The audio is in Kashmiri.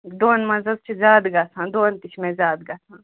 دۄن منٛز حظ چھِ زیادٕ گَژھان دۄن تہِ چھِ مےٚ زیادٕ گَژھان